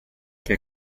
che